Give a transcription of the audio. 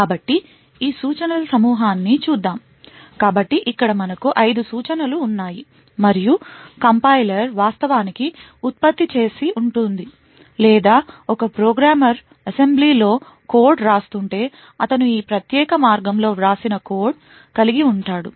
కాబట్టి ఈ సూచనల సమూహాన్ని చూద్దాం కాబట్టి ఇక్కడ మనకు 5 సూచనలు ఉన్నాయి మరియు కంపైలర్ వాస్తవానికి ఉత్పత్తి చేసి ఉంటుంది లేదా ఒక ప్రోగ్రామర్ అసెంబ్లీలో కోడ్ వ్రాస్తుంటే అతను ఈ ప్రత్యేక మార్గంలో వ్రాసిన కోడ్ కలిగి ఉంటాడు